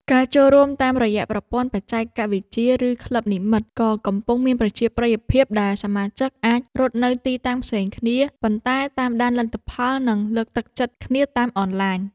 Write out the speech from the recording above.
ការចូលរួមតាមរយៈប្រព័ន្ធបច្ចេកវិទ្យា ឬក្លឹបនិម្មិត ក៏កំពុងមានប្រជាប្រិយភាព ដែលសមាជិកអាចរត់នៅទីតាំងផ្សេងគ្នា ប៉ុន្តែតាមដានលទ្ធផល និងលើកទឹកចិត្តគ្នាតាមអនឡាញ។